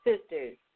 sisters